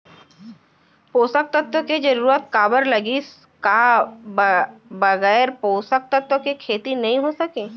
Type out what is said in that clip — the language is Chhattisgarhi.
पोसक तत्व के जरूरत काबर लगिस, का बगैर पोसक तत्व के खेती नही हो सके?